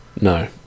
no